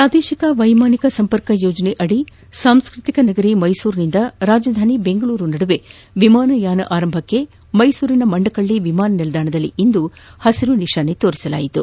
ಪ್ರಾದೇಶಿಕ ವೈಮಾನಿಕ ಸಂಪರ್ಕ ಯೋಜನೆಯಡಿ ಸಾಂಸ್ಟ್ ತಿಕ ನಗರಿ ಮೈಸೂರಿನಿಂದ ರಾಜಧಾನಿ ಬೆಂಗಳೂರು ನಡುವೆ ವಿಮಾನಯಾನ ಆರಂಭಕ್ಕೆ ಮೈಸೂರಿನ ಮಂಡಕಳ್ಳಿ ವಿಮಾನ ನಿಲ್ದಾಣದಲ್ಲಿ ಇಂದು ಹಸಿರು ನಿಶಾನೆ ತೋರಿಸಲಾಯಿತು